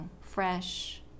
fresh